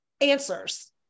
answers